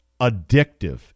addictive